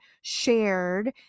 shared